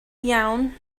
iawn